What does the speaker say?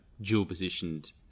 dual-positioned